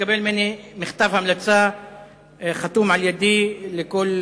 תקבל ממני מכתב המלצה חתום על-ידי לכל